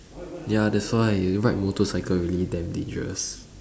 ya that's why ride motorcycle really damn dangerous